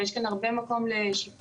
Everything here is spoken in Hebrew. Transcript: ויש כאן הרבה מקום לשיפור.